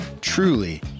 truly